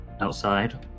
outside